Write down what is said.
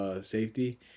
safety